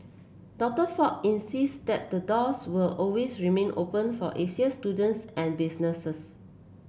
Doctor Fox insists that the doors will always remain open for Asian students and businesses